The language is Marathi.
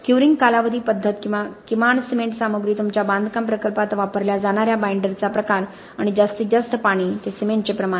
क्युअरिंग कालावधी पद्धत किमान सिमेंट सामग्री तुमच्या बांधकाम प्रकल्पात वापरल्या जाणार्या बाईंडरचा प्रकार आणि जास्तीत जास्त पाणी ते सिमेंटचे प्रमाण